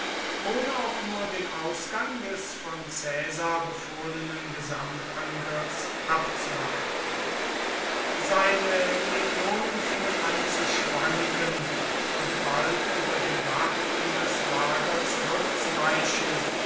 ohne auch nur den ausgang des von caesar befohlenen gesamtangriffs abzuwarten seine legionen fingen an zu schwanken und bald über den bach in das lager zurückzuweichen